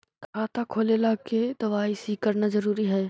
खाता खोले ला के दवाई सी करना जरूरी है?